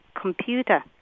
computer